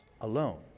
alone